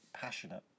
Passionate